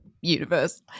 universe